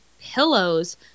pillows